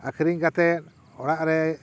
ᱟᱠᱷᱨᱤᱧ ᱠᱟᱛᱮᱫ ᱚᱲᱟᱜ ᱨᱮ